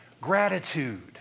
gratitude